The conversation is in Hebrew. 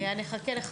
אני אחכה לך.